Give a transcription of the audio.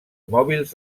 mòbils